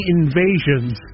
invasions